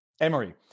Emory